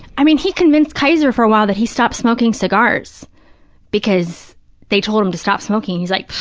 i mean, he convinced kaiser for a while that he stopped smoking cigars because they told him to stop smoking. he's like,